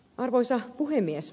arvoisa puhemies